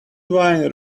wine